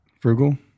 Frugal